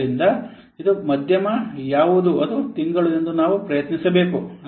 ಆದ್ದರಿಂದ ಆದ್ದರಿಂದ ಇದು ಮಧ್ಯಮ ಯಾವುದು ಅದು ತಿಂಗಳು ಎಂದು ನಾವು ಪ್ರಯತ್ನಿಸಬೇಕು